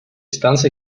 станции